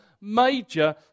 major